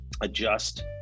adjust